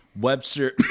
Webster